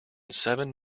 seven